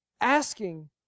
Asking